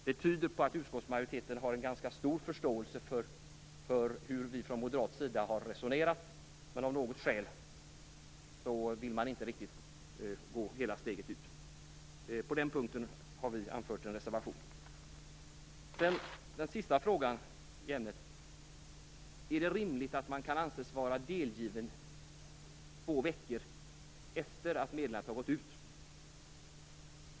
Det tyder på att utskottsmajoriteten har en ganska stor förståelse för hur vi från moderaternas sida har resonerat. Men av något skäl vill man inte riktigt gå hela vägen. På den punkten har vi anfört en reservation. Den sista frågan i ämnet är om det är rimligt att man anses vara delgiven två veckor efter det att meddelandet har gått ut.